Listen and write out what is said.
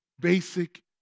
basic